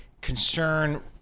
concern